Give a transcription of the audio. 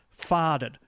farted